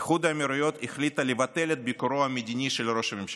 איחוד האמירויות החליטה לבטל את ביקורו המדיני של ראש הממשלה.